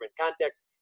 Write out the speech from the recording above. context